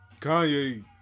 Kanye